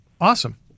Awesome